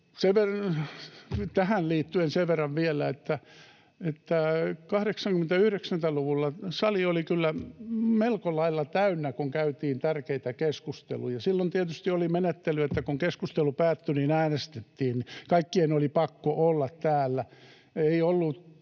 Tähän liittyen sen verran vielä, että 80—90-luvulla sali oli kyllä melko lailla täynnä, kun käytiin tärkeitä keskusteluja. Silloin tietysti oli menettely se, että kun keskustelu päättyi, niin äänestettiin — kaikkien oli pakko olla täällä.